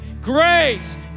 grace